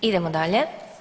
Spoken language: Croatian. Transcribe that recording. Idemo dalje.